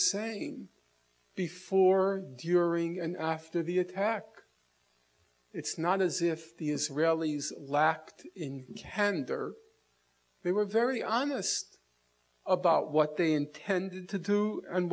saying before during and after the attack it's not as if the israelis lacked in handor they were very honest about what they intended to do and